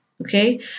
okay